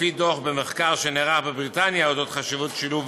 לפי דוח במחקר שנערך בבריטניה על אודות חשיבות שילוב